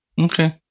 Okay